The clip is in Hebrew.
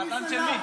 החתן של מי?